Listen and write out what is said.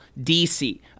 DC